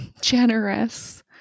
generous